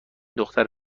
دختر